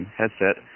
headset